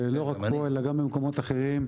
ולא רק פה אלא גם במקומות אחרים.